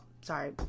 Sorry